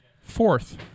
Fourth